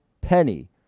penny